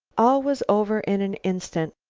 all was over in an instant.